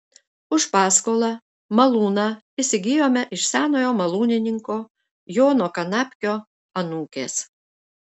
už paskolą malūną įsigijome iš senojo malūnininko jono kanapkio anūkės